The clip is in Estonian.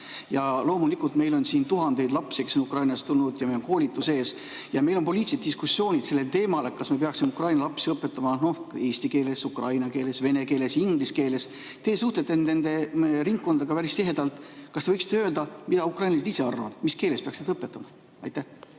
Ja loomulikult meil on tuhandeid lapsi, kes on Ukrainast tulnud, ja neil on koolitus ees. Ja meil on poliitilised diskussioonid sellel teemal, kas me peaksime Ukraina lapsi õpetama eesti keeles, ukraina keeles, vene keeles või inglise keeles. Teie suhtlete nende ringkondadega päris tihedalt. Kas te võiksite öelda, mida ukrainlased ise arvavad, mis keeles peaks neid õpetama? Suur